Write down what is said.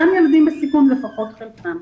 גם ילדים בסיכון, לפחות חלקם.